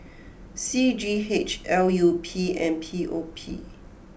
C G H L U P and P O P